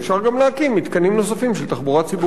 אפשר גם להקים מתקנים נוספים של תחבורה ציבורית.